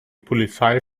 polizei